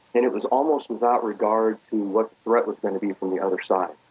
and it was almost without regard to what threat was going to be from the other side.